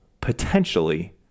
potentially